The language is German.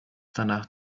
danach